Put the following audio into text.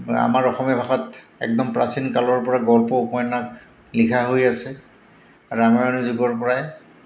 আমাৰ অসমীয়া ভাষাত একদম প্ৰাচীন কালৰ পৰা গল্প উপন্যাস লিখা হৈ আছে ৰামায়ণ যুগৰ পৰাই